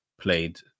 played